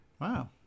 Wow